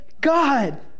God